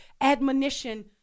admonition